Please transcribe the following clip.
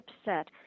upset